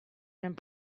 and